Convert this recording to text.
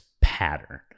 pattern